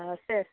ஆ சரி